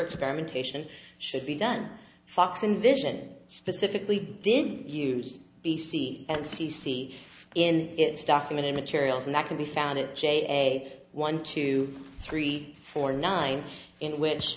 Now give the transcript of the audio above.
experimentation should be done fox invision specifically did use b c and c c in its documented materials and that can be found at j one two three four nine in which